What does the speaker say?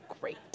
great